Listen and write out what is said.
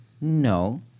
no